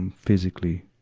um physically.